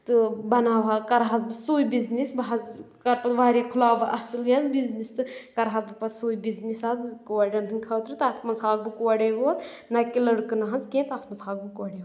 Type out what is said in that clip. تہٕ بَناوٕ ہا کَرٕ ہَس بہٕ سُے بِزنٮ۪س بہٕ حظ کرٕ تہٕ واریاہ کھلاوٕ اَصٕل یہِ حظ بِزنٮ۪س تہٕ کَرٕ حظ بہٕ پَتہٕ سُے بِزنٮ۪س حظ کورؠن ہٕنٛدۍ خٲطرٕ تَتھ منٛز تھوکھ بہٕ کورے یوت نہ کہِ لٔڑکہٕ نہٕ حظ کینٛہہ تَتھ منٛز تھاوَکھ بہٕ کورے یوت